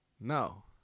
No